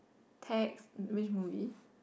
text which movie